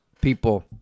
people